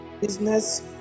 Business